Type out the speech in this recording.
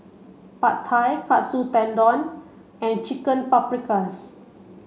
Pad Thai Katsu Tendon and Chicken Paprikas